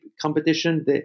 competition